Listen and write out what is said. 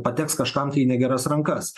pateks kažkam tai į negeras rankas